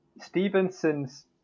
Stevenson's